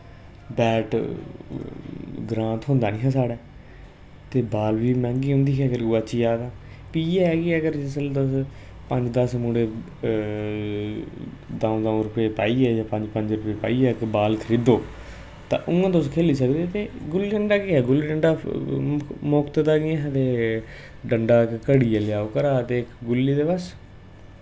bat ग्रां थोंह्दा नेहा साढ़े ते बाल बी मैंह्गी होंदी ही अगर गोआची आ तां फ्ही इ'यै ऐ के अगर जिसलै तुस पंज दस मुड़े द'ऊं द'ऊं रपे पाईयै जां पंज पंज रपे पाईयै इक बाल खरीदो तां उ'यां तुस खेल्ली सकदे ते गुल्ली डंडा केह् ऐ गुल्ली डंडा ते मोफ्त दा केह् आखदे डंडा इक घड़ियै लेआओ घरा ते इक गुल्ली ते बस